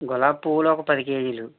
గులాబీ పువ్వులు ఒక పది కేజీలు